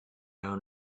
our